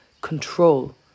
control